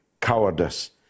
cowardice